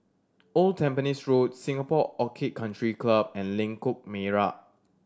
Old Tampines Road Singapore Orchid Country Club and Lengkok Merak